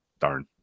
darn